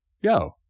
yo